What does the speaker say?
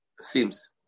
seems